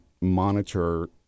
monitor